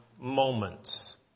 moments